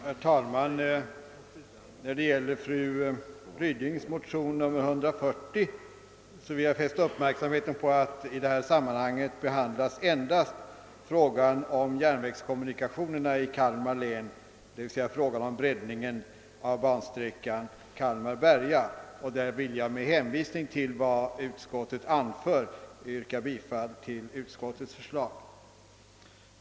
Herr talman! När det gäller fru Rydings motion nr 140 vill jag fästa uppmärksamheten på att i' detta sammanhang endast behandlas frågan om järnvägskommunikationerna i Kalmar län, d.v.s. en breddning av bansträckan Kalmar—Berga, och därvidlag vill jag hänvisa till vad utskottet anfört och yrka bifall till utskottets förslag.